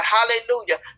Hallelujah